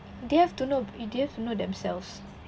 they have to know they have to know themselves